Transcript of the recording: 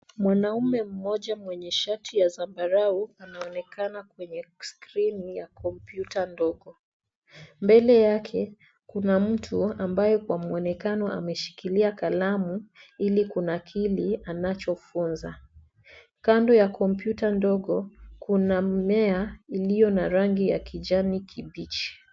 Mwanaume moja mwenye shati ya zambarau anaonekana kwenye skrini ya kompyuta ndogo. Mbele yake kuna mtu ambaye kwa mwonekano ameshikilia kalamu ili kunakili anachofunza. Kando ya kompyuta ndogo, kuna mmea iliyo na rangi ya kijani kibichi.